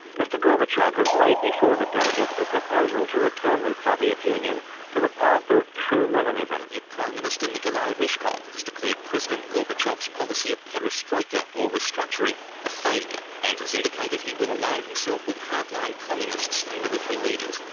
mr gorbachev has laid before the delegates a proposal to return the soviet union to the path of true leninism. prime minister nicolai rishkov has declared president gorbachev's policy of perestroika or restructuring a failure, and has indicated he will ally himself with hardline communists and military leaders.